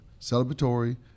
celebratory